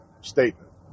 statement